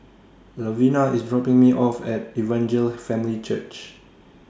Lovina IS dropping Me off At Evangel Family Church